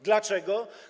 Dlaczego?